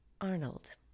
Arnold